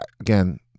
again